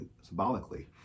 symbolically